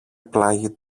πλάγι